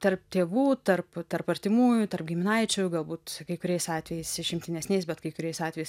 tarp tėvų tarp tarp artimųjų tarp giminaičių galbūt kai kuriais atvejais išimtinesniais bet kai kuriais atvejais